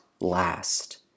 last